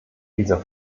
dieser